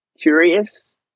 curious